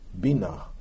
Bina